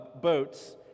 boats